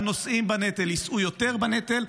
הנושאים בנטל יישאו יותר בנטל,